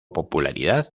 popularidad